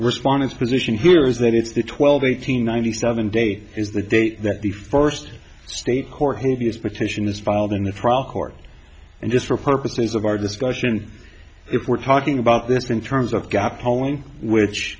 respondants position here is that it's the twelve eight hundred ninety seven day is the day that the first state court heaviest petition is filed in the trial court and just for purposes of our discussion if we're talking about this in terms of gaap polling which